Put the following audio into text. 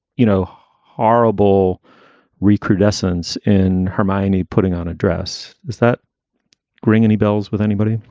you know, horrible recrudescence in her mind putting on a dress. does that ring any bells with anybody?